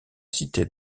cité